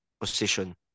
position